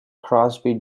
crosby